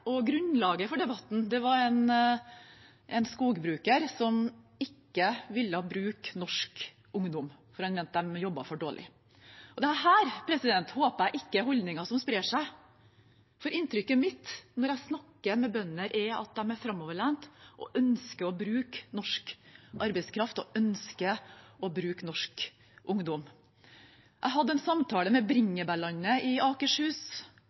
Grunnlaget for debatten var en skogbruker som ikke ville bruke norsk ungdom fordi han mente de jobbet for dårlig. Dette håper jeg ikke er holdninger som sprer seg, for inntrykket mitt når jeg snakker med bønder, er at de er framoverlent og ønsker å bruke norsk arbeidskraft og norsk ungdom. Jeg hadde en samtale med Bringebærlandet i Akershus.